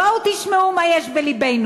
בואו תשמעו מה יש בלבנו,